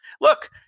look